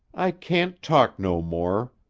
i can't talk no more,